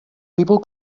people